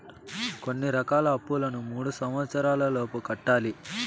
కొన్ని రకాల అప్పులను మూడు సంవచ్చరాల లోపు కట్టాలి